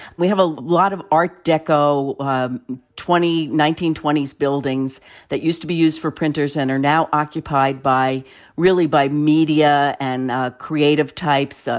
we have a lot of art deco twenty nineteen twenty s buildings that used to be used for printers and are now occupied by really by media and ah creative types,